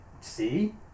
See